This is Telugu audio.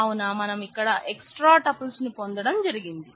కావున మనం ఇక్కడ ఎక్స్ట్రా టపుల్స్ ను పొందడం జరిగింది